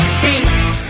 beast